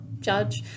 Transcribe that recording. judge